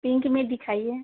pink में दिखाइए